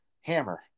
hammer –